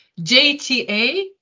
JTA